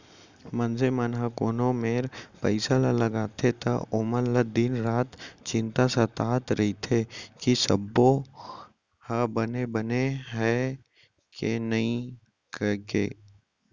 मनसे मन ह कोनो मेर पइसा ल लगाथे त ओमन ल दिन रात चिंता सताय रइथे कि सबो ह बने बने हय कि नइए कइके